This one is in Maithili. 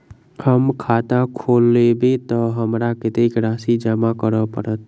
हम खाता खोलेबै तऽ हमरा कत्तेक राशि जमा करऽ पड़त?